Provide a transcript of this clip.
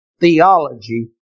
theology